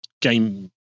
Game